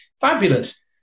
fabulous